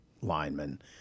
linemen